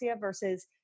versus